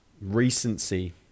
recency